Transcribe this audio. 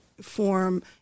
form